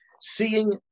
seeing